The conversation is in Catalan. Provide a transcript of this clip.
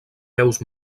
peus